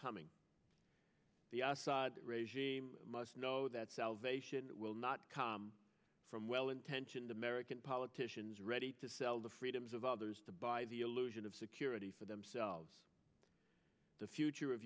coming the assad regime must know that salvation will not come from well intentioned american politicians ready to sell the freedoms of others to buy the illusion of security for themselves the future of